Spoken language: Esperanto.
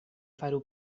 faru